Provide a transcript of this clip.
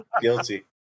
Guilty